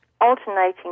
Alternating